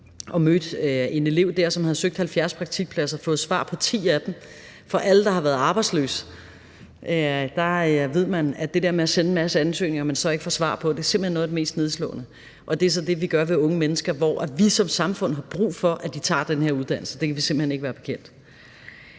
og mødte en elev der, som havde søgt 70 praktikpladser og fået svar på 10 af dem. Alle, der har været arbejdsløse, ved, at det der med at sende en hel masse ansøgninger, man så ikke få svar på, simpelt hen er noget af det mest nedslående. Og det er så det, vi gør ved unge mennesker, hvor vi som samfund har brug for, at de tager den her uddannelse. Det kan vi simpelt hen ikke være bekendt.